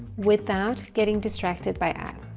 without getting distracted by ads.